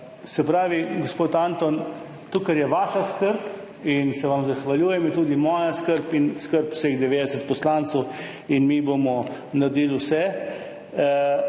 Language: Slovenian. prebivalcem. Gospod Anton, to, kar je vaša skrb, in se vam zahvaljujem, je tudi moja skrb in skrb vseh 90 poslancev. Mi bomo naredili vse,